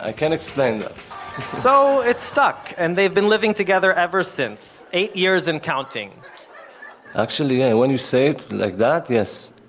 ah can't explain that so it stuck. and they've been living together ever since. eight years and counting actually yeah, when you say it like that, yes.